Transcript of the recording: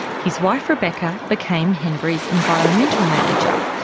his wife rebecca became henbury's environmental manager.